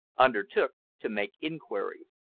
undertook to make inquiries.